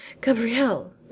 Gabrielle